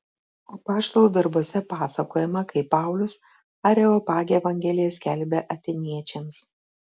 apaštalų darbuose pasakojama kaip paulius areopage evangeliją skelbė atėniečiams